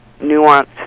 nuanced